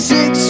Six